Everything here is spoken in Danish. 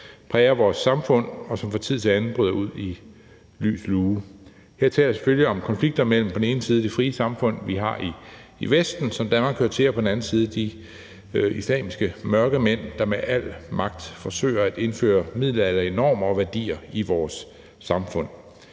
præger vores samfund, og som fra tid til anden bryder ud i lys lue, og her taler jeg selvfølgelig om konflikter mellem på den ene side de frie samfund, vi har i Vesten, som Danmark hører til, og på den anden side de islamiske mørkemænd, der med al magt forsøger at indføre middelalderlige normer og værdier i vores samfund.